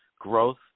growth